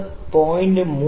നമുക്ക് 0